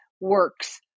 works